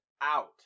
out